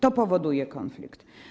To powoduje konflikt.